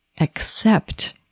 accept